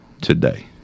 today